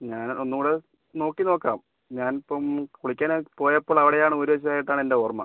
ഞാൻ ഒന്നുകൂടെ നോക്കിനോക്കാം ഞാൻ ഇപ്പം കുളിക്കാനായി പോയപ്പോളവിടെയാണ് ഊരി വച്ചതായിട്ടാണ് എൻ്റെ ഓർമ്മ